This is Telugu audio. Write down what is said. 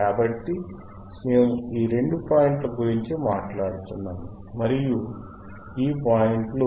కాబట్టి మేము ఈ రెండు పాయింట్ల గురించి మాట్లాడుతున్నాము ఇది మరియు ఈ పాయింట్లు